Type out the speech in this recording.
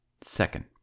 Second